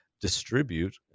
distribute